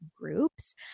groups